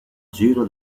giro